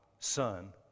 Son